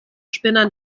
spinnern